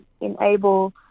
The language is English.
enable